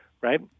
right